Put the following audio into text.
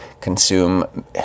consume